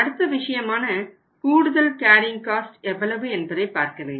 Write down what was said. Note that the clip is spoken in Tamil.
அடுத்த விஷயமான கூடுதல் கேரியிங் காஸ்ட் எவ்வளவு என்பதை பார்க்க வேண்டும்